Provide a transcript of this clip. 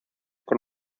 con